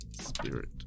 Spirit